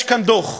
יש כאן דוח.